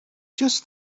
just